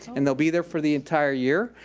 and they'll be there for the entire year.